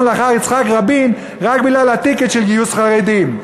לאחר יצחק רבין רק בגלל ה"טיקט" של גיוס חרדים.